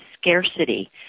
scarcity